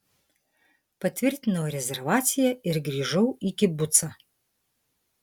patvirtinau rezervaciją ir grįžau į kibucą